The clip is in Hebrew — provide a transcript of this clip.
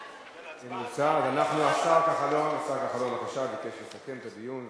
אז אנחנו, השר כחלון, בבקשה, ביקש לסכם את הדיון.